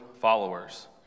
followers